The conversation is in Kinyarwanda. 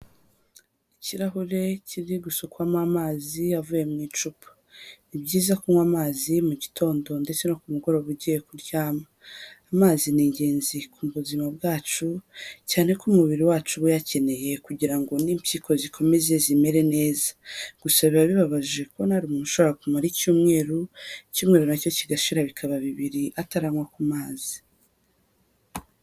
Ikirahure kiri gusukwamo amazi avuye mu icupa. Ni byiza kunywa amazi mu gitondo ndetse no ku mugoroba ugiye kuryama, amazi ni ingenzi ku buzima bwacu cyane ko umubiri wacu uba uyakeneye kugira ngo n' impyiko zikomeze zimere neza, gusa biba bibabaje kubona hari umuntu ushobora kumara icyumweru nacyo kigashira bikaba bibiri ataranywa ku mazi.